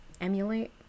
Emulate